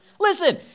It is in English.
Listen